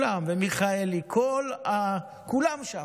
ולפיד, וכולם, ומיכאלי, כולם שם,